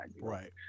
Right